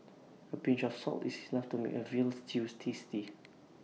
A pinch of salt is enough to make A Veal Stew tasty